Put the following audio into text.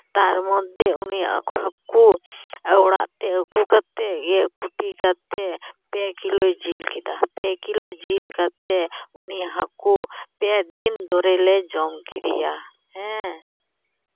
ᱛᱟᱨ ᱢᱚᱫᱽᱫᱷᱮ ᱩᱱᱤ ᱦᱟᱹᱠᱩ ᱚᱲᱟᱜ ᱛᱮ ᱟᱹᱜᱩ ᱠᱟᱛᱮ ᱜᱮᱫ ᱠᱩᱴᱤ ᱠᱟᱛᱮ ᱯᱮ ᱠᱤᱞᱳᱭ ᱡᱤᱞ ᱠᱮᱫᱟ ᱯᱮ ᱠᱤᱞᱳ ᱡᱤᱞ ᱠᱟᱛᱮ ᱩᱱᱤ ᱦᱟᱹᱠᱩ ᱯᱮ ᱫᱤᱱ ᱫᱷᱚᱨᱮ ᱞᱮ ᱡᱚᱢ ᱠᱮᱫᱮᱭᱟ ᱦᱮᱸ